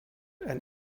and